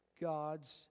God's